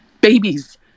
Babies